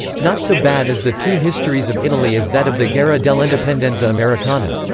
not so bad as the two histories of italy is that of the guerra dell'indipendenza americana.